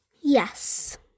Yes